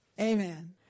amen